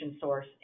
source